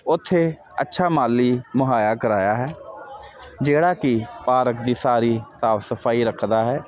ਉਥੇ ਅੱਛਾ ਮਾਲੀ ਮੁਹਾਇਆ ਕਰਾਇਆ ਹੈ ਜਿਹੜਾ ਕਿ ਪਾਰਕ ਦੀ ਸਾਰੀ ਸਾਫ ਸਫਾਈ ਰੱਖਦਾ ਹੈ